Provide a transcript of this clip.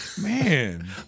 Man